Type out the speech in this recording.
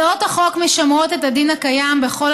הצעות החוק משמרות את הדין הקיים בכל